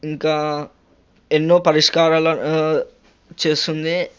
ఇంకా ఎన్నో పరిష్కారాలు చేస్తుంది